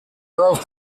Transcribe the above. grove